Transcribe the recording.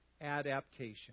adaptation